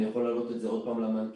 אני יכול להעלות את זה עוד פעם למנכ"ל.